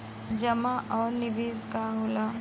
जमा और निवेश का होला?